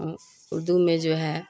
اردو میں جو ہے